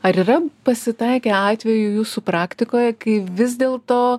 ar yra pasitaikę atvejų jūsų praktikoje kai vis dėl to